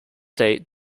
date